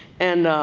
and